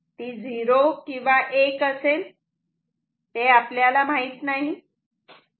ती 0 किंवा 1 असेल आपल्याला माहीत नाही